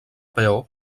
peó